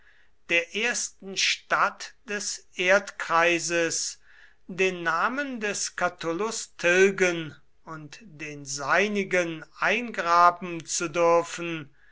der ersten stadt des erdkreises den namen des catulus tilgen und den seinigen eingraben zu dürfen